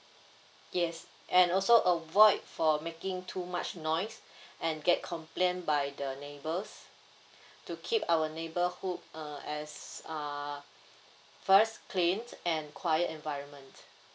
yes and also avoid for making too much noise and get complain by the neighbours to keep our neighbourhood uh as err first clean and quiet environment